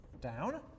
down